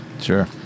Sure